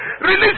Release